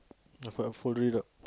I could have folded it up